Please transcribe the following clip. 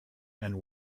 and